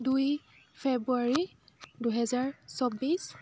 দুই ফেব্ৰুৱাৰী দুহেজাৰ চৌব্বিছ